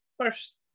first